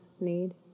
need